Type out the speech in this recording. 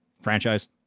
franchise